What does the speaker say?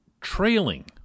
trailing